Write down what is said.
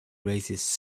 raises